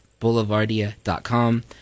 boulevardia.com